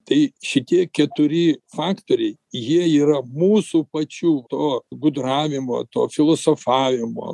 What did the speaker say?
tai šitie keturi faktoriai jie yra mūsų pačių to gudravimo to filosofavimo